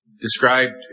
described